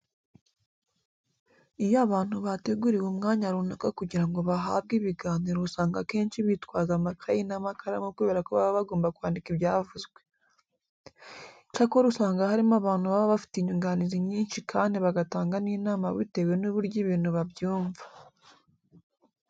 Iyo abantu bateguriwe umwanya runaka kugira ngo bahabwe ibiganiro usanga akenshi bitwaza amakayi n'amakaramu kubera ko baba bagomba kwandika ibyavuzwe. Icyakora usanga harimo abantu baba bafite inyunganizi nyinshi kandi bagatanga n'inama bitewe n'uburyo ibintu babyumva.